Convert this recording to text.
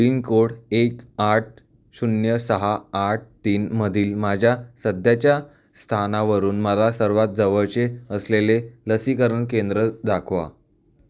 pin code एक आठ शून्य सहा आठ तीनमधील माझ्या सध्याच्या स्थानावरून मला सर्वात जवळचे असलेले लसीकरण केंद्र दाखवा